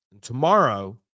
tomorrow